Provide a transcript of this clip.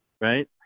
right